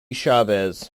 chavez